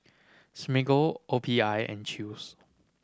Smiggle O P I and Chew's